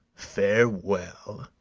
farewell!